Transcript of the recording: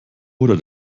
oder